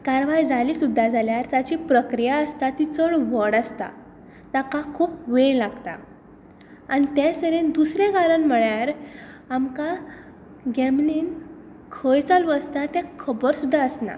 कारवाय जाली सुद्दां जाल्यार ताची प्रक्रिया आसता ती चड व्हड आसता ताका खूब वेळ लागता आनी त्याच तरेन दुसरें कारण म्हणल्यार आमकां गॅमलींग खंय चालू आसता तें खबर सुद्दां आसना